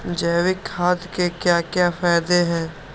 जैविक खाद के क्या क्या फायदे हैं?